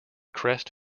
crest